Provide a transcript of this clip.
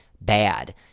bad